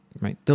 right